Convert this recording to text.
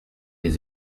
les